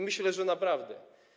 Myślę, że naprawdę.